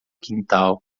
quintal